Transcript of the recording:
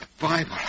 Bible